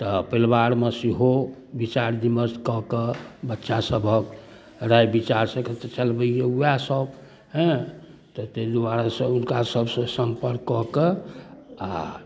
तऽ परीवारमे सेहो विचार विमर्श कऽ कऽ बच्चा सभक राय विचारसँ चलबैया वएह सब हँ तऽ तहि दुआरे सँ हुनका सबसँ संपर्क कऽ कऽ आ